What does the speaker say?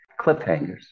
cliffhangers